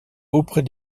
auprès